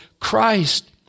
Christ